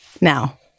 Now